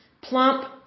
plump